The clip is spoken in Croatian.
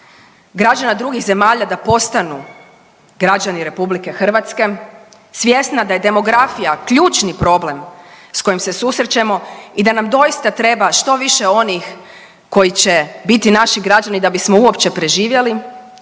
građana drugih zemalja da postanu građani RH svjesna da je demografija ključni problem s kojim se susrećemo i da nam doista treba štoviše onih koji će biti naši građani da bismo uopće preživjeli